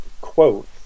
quote